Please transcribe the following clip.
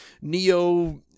neo